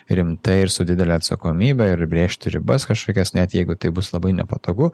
rimtai ir su didele atsakomybe ir brėžti ribas kažkokias net jeigu tai bus labai nepatogu